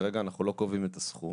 כרגע אנחנו לא קובעים את הסכום.